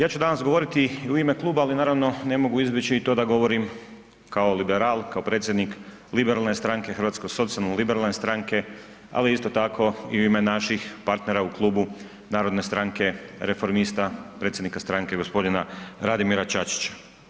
Ja ću danas govoriti i u ime kluba, ali naravno ne mogu izbjeći i to da govorim kao liberal, kao predsjednik liberalne stranke, Hrvatsko socijalno-liberalne stranke, ali isto tako i u ime naših partnera u klubu Narodne stranke – reformista predsjednika stranke gospodina Radimira Čačića.